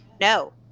No